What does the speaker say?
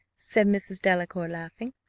said mrs. delacour laughing,